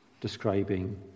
describing